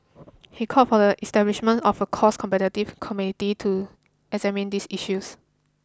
he called for the establishment of a cost competitive committee to examine these issues